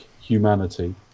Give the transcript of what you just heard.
humanity